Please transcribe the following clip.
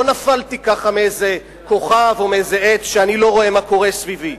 לא נפלתי מאיזה כוכב או עץ שאני לא רואה מה קורה סביבי.